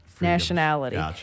nationality